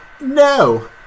no